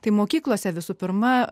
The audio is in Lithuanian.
taip mokyklose visų pirma